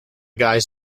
guys